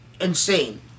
insane